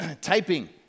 typing